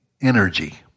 energy